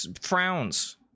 frowns